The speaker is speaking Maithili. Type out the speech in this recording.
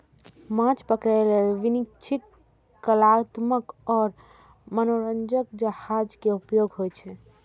माछ पकड़ै लेल वाणिज्यिक, कलात्मक आ मनोरंजक जहाज के उपयोग होइ छै